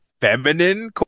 feminine